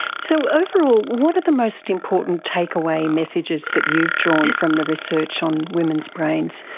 so overall, what are the most important take-away messages that you've drawn from the research on women's brains?